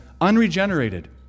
unregenerated